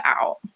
out